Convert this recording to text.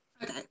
Okay